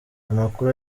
amakuru